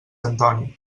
antoni